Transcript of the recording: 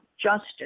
justice